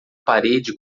parede